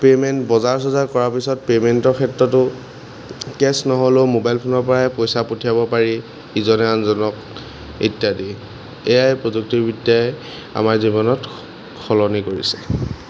payment বজাৰ চজাৰ কৰাৰ পাছত পে'মেণ্টৰ ক্ষেত্ৰতো কেছ নহ'লেও মবাইল ফোনৰপৰাই পইচা পঠিয়াব পাৰি ইজনে আনজনক ইত্যাদি এয়াই প্ৰযুক্তিবিদ্যাই আমাৰ জীৱনত সলনি কৰিছে